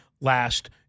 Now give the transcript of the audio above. last